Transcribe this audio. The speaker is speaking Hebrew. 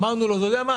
אמרנו לו אתה יודע מה?